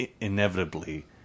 inevitably